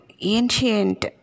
ancient